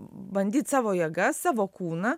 bandyt savo jėgas savo kūną